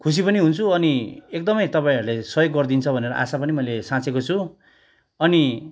खुसी पनि हुन्छु अनि एकदमै तपाईँहरूले सहयोग गरिदिन्छ भनेर आशा पनि साँचेको छु अनि